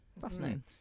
fascinating